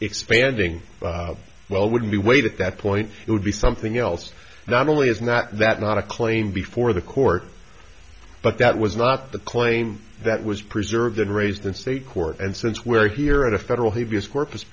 expanding well would be weight at that point it would be something else not only is not that not a claim before the court but that was not the claim that was preserved and raised in state court and since we're here at a federal habeas corpus